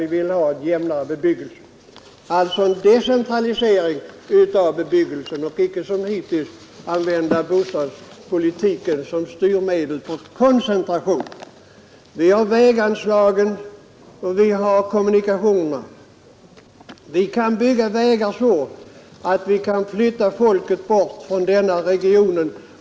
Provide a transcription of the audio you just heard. Vi bör alltså försöka åstadkomma en decentralisering av bebyggelsen och inte som hittills använda bostadspolitiken som styrmedel för koncentration. När det gäller väganslagen och kommunikationerna kan vi bygga vägar så att vi kan flytta bort folk från vissa regioner.